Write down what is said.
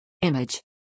Image